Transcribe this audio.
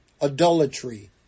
adultery